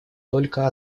только